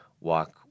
walk